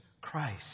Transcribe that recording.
Christ